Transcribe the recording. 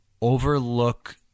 overlook